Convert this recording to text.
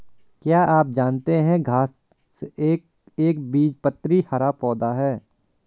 क्या आप जानते है घांस एक एकबीजपत्री हरा पौधा है?